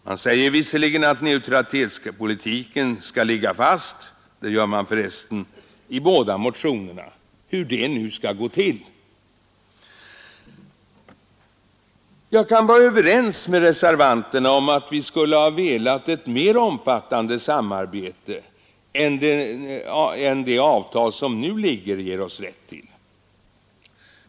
Man säger visserligen att neutralitetspolitiken skall ligga fast — det gör man förresten i båda motionerna, hur nu detta skall gå till. Jag kan vara överens med reservanterna om att vi skulle ha velat ha ett mera omfattande samarbete än det avtal som nu ligger ger oss rätt till.